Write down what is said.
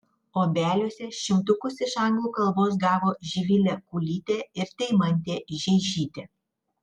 obeliuose šimtukus iš anglų kalbos gavo živilė kulytė ir deimantė žeižytė